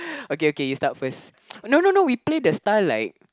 okay okay you start first no no no we play the star like